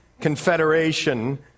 confederation